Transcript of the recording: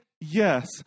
yes